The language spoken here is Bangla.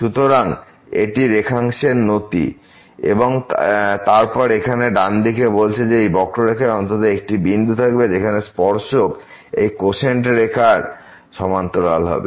সুতরাং এটি এই রেখাংশের নতি এবং তারপর এখানে ডানদিক বলছে যে এই বক্ররেখায় অন্তত একটি বিন্দু থাকবে যেখানে স্পর্শক এই কোসেন্ট রেখার সমান্তরাল হবে